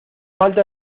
falta